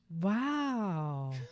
Wow